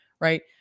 right